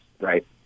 right